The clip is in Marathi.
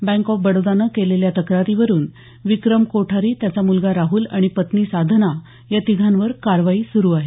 बँक आॅफ बडोदानं केलेल्या तक्रारीवरून विक्रम कोठारी त्याचा मुलगा राहुल आणि पत्नी साधना या तिघांवर कारवाई सुरू आहे